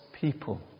people